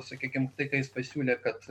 sakykim tai ką jis pasiūlė kad